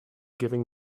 giving